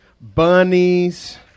bunnies